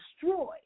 destroy